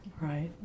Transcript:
Right